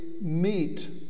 meet